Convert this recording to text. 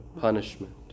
punishment